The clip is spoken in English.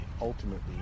ultimately